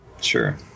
Sure